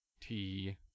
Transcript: T-